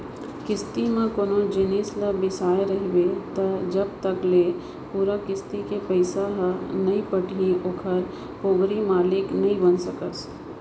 किस्ती म कोनो जिनिस ल बिसाय रहिबे त जब तक ले पूरा किस्ती के पइसा ह नइ पटही ओखर पोगरी मालिक नइ बन सकस